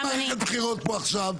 אין מערכת בחירות פה עכשיו,